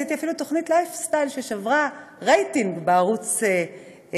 עשיתי אפילו תוכנית לייף סטייל ששברה רייטינג בערוץ הראשון,